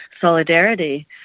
solidarity